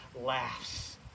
laughs